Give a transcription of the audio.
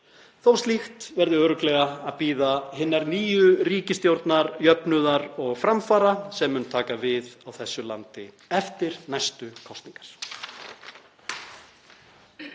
slíkt verði örugglega að bíða hinnar nýju ríkisstjórnar jöfnuðar og framfara sem mun taka við á þessu landi eftir næstu kosningar.